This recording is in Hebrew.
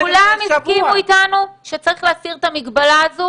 כולם הסכימו איתנו שצריך להסיר את המגבלה הזו